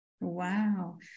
Wow